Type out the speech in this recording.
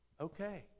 okay